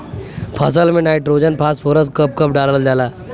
फसल में nitrogen phosphorus कब कब डालल जाला?